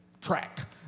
track